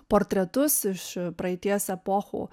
portretus iš praeities epochų